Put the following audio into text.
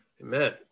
Amen